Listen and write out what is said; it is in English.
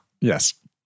yes